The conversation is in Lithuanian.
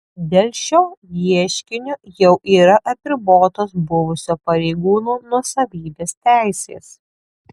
dėl šio ieškinio jau yra apribotos buvusio pareigūno nuosavybės teisės